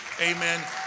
Amen